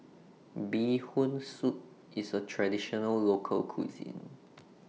Bee Hoon Soup IS A Traditional Local Cuisine